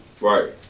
Right